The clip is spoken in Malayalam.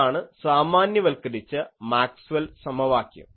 ഇതാണ് സാമാന്യവൽക്കരിച്ച മാക്സ്വെൽ സമവാക്യം